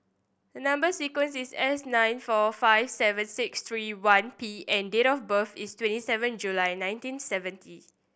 number sequence is S nine four five seven six three one P and date of birth is twenty seven July nineteen seventy